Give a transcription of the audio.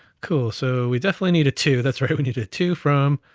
cool, so we definitely need a two. that's right, we need a two from,